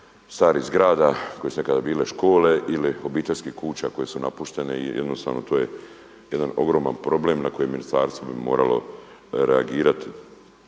starih zgrada koje su nekada bile škole ili obiteljskih kuća koje su napuštene i jednostavno to je jedan ogroman problem na koje ministarstvo bi moralo reagirati.